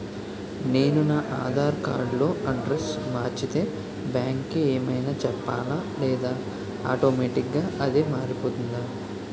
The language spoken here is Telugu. నేను నా ఆధార్ కార్డ్ లో అడ్రెస్స్ మార్చితే బ్యాంక్ కి ఏమైనా చెప్పాలా లేదా ఆటోమేటిక్గా అదే మారిపోతుందా?